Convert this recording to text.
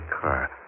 car